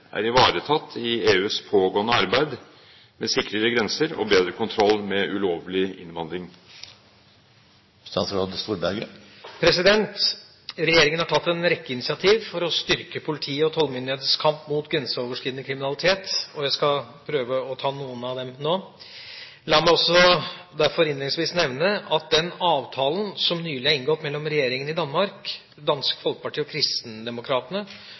er ivaretatt i EUs pågående arbeid med sikrere grenser og bedre kontroll med ulovlige innvandrere?» Regjeringa har tatt en rekke initiativ for å styrke politiet og tollmyndighetens kamp mot grenseoverskridende kriminalitet, og jeg skal prøve å ta noen av dem nå. La meg derfor også innledningsvis nevne at den avtalen som nylig er inngått mellom regjeringa i Danmark, Dansk Folkeparti og Kristendemokratene